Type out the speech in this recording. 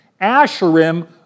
asherim